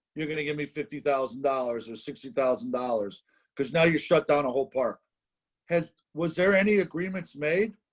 you're going to give me fifty thousand dollars or sixty thousand dollars because now you're shut down a whole park has. was there any agreements made